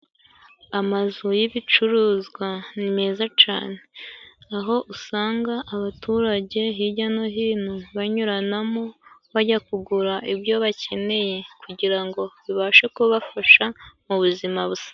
Amazu y'ibicuruzwa ni meza cyane. Aho usanga abaturage hirya no hino banyuranamo bajya kugura ibyo bakeneye, kugira ngo bibashe kubafasha mu buzima busanzwe.